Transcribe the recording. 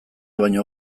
baino